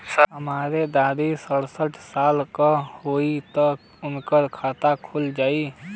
हमरे दादी साढ़ साल क हइ त उनकर खाता खुल जाई?